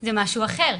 זה משהו אחר.